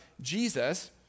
Jesus